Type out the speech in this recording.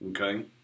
okay